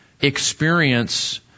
experience